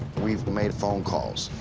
we've made phone calls.